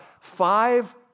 five